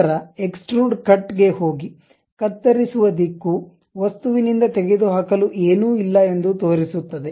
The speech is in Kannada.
ನಂತರ ಎಕ್ಸ್ಟ್ರುಡ ಕಟ್ ಗೆ ಹೋಗಿ ಕತ್ತರಿಸುವ ದಿಕ್ಕು ವಸ್ತುವಿನಿಂದ ತೆಗೆದುಹಾಕಲು ಏನೂ ಇಲ್ಲ ಎಂದು ತೋರಿಸುತ್ತದೆ